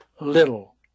little